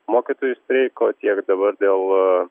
mokytojų streiko tiek dabar dėl